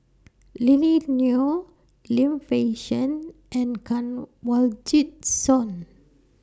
Lily Neo Lim Fei Shen and Kanwaljit Soin